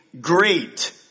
great